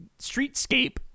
streetscape